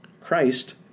Christ